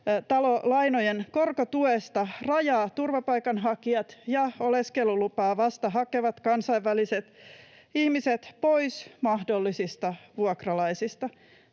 asumisoikeustalolainojen korkotuesta rajaa turvapaikanhakijat ja oleskelulupaa vasta hakevat kansainväliset ihmiset pois mahdollisista vuokralaisista.